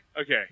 Okay